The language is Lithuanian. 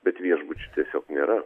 bet viešbučių tiesiog nėra